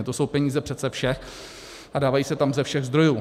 To jsou peníze přece všech a dávají se tam ze všech zdrojů.